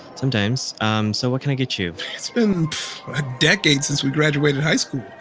sometimes. um so what can i get you? it's been a decade since we graduated high school.